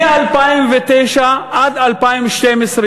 מ-2009 עד 2012,